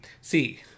see